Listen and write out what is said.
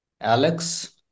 Alex